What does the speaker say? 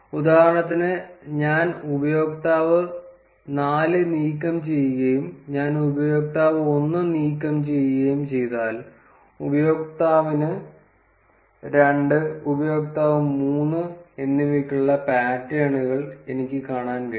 ഉദാഹരണത്തിന് ഞാൻ ഉപയോക്താവ് 4 നീക്കം ചെയ്യുകയും ഞാൻ ഉപയോക്താവ് 1 നീക്കം ചെയ്യുകയും ചെയ്താൽ ഉപയോക്താവിന് 2 ഉപയോക്താവ് 3 എന്നിവയ്ക്കുള്ള പാറ്റേണുകൾ എനിക്ക് കാണാൻ കഴിയും